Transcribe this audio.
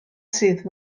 sydd